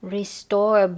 restore